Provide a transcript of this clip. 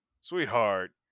Sweetheart